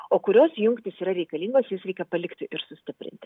o kurios jungtys yra reikalingos jas reikia palikti ir sustiprinti